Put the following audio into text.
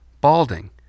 balding